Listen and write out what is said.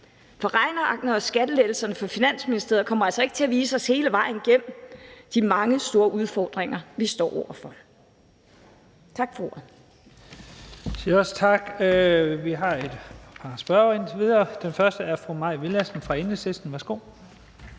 For regnearkene og skattelettelserne fra Finansministeriet kommer altså ikke til at vise os hele vejen igennem de mange store udfordringer, vi står over for.